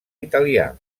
italià